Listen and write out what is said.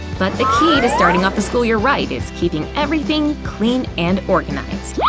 but the key to starting off the school year right is keeping everything clean and organized.